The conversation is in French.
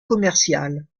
commerciale